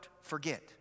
forget